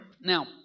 Now